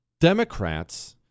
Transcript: Democrats